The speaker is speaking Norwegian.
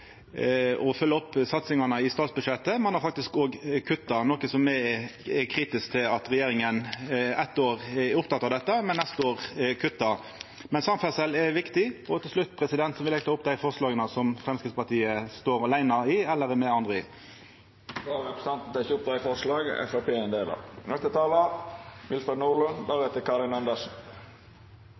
opp satsingane i statsbudsjettet, ein har faktisk òg kutta. Me er kritiske til at regjeringa eitt år er oppteken av dette, men neste år kuttar. Samferdsel er viktig. Til slutt vil eg ta opp forslaga frå Framstegspartiet. Representanten Helge André Njåstad har teke opp dei forslaga han refererte til. Vi behandler i